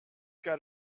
got